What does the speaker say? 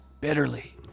bitterly